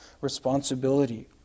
responsibility